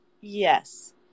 Yes